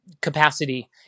capacity